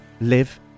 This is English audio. live